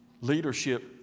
Leadership